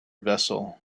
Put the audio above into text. vessel